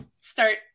start